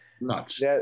Nuts